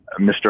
Mr